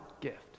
gift